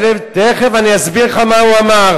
מה אמר, תיכף אני אסביר לך מה הוא אמר.